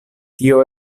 tio